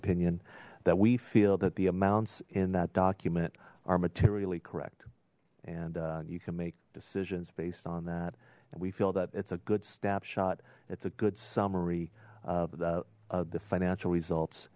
opinion that we feel that the amounts in that document are materially correct and you can make decisions based on that and we feel that it's a good snapshot it's a good summary of the the financial results